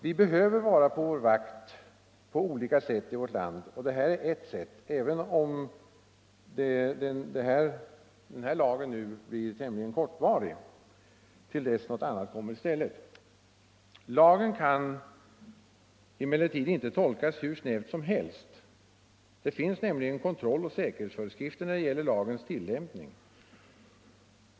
Vi behöver vara på vår vakt på olika sätt, och detta är ett sätt även om lagen blir tämligen kortvarig och skall ersättas av något annat. Lagen kan emellertid inte tolkas hur snävt som helst. Det finns nämligen kontrolloch säkerhetsföreskrifter när det gäller lagens tillämpning.